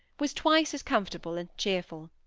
was twice as comfortable and cheerful.